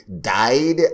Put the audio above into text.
died